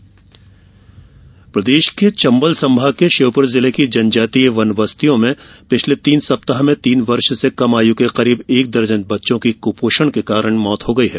कुपोषण मौत प्रदेश के चम्बल संभाग के श्योपुर जिले की जनजातीय वनबस्तियों में पिछले तीन सप्ताह में तीन वर्ष से कम आयु के करीब एक दर्जन बच्चों की क्पोषण से मौत हो गई है